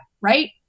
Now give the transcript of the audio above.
right